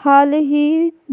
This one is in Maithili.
हालहि